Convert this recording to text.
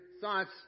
thoughts